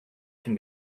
can